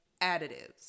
additives